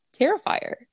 Terrifier